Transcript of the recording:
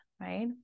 right